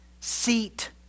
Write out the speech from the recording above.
seat